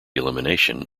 elimination